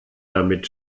damit